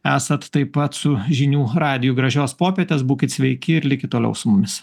esat taip pat su žinių radiju gražios popietės būkit sveiki ir liki toliau su mumis